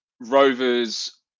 Rovers